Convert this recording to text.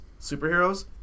superheroes